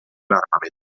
armament